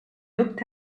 looked